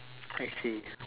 I see